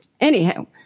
Anyhow